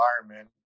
environment